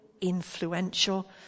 influential